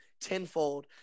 tenfold